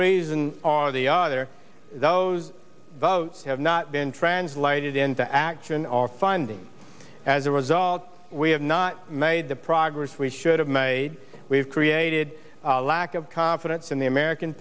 reason or the either those have not been translated into action or findings as a result we have not made the progress we should have made we've created a lack of confidence in the american